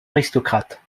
aristocrate